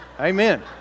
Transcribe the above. amen